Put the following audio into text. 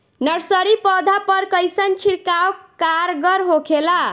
Nursery पौधा पर कइसन छिड़काव कारगर होखेला?